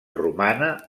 romana